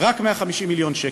יש רק 150 מיליון שקל.